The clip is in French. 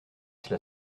cela